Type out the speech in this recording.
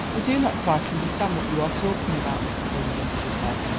i do not quite understand what you are talking about, mr. bingham, she said,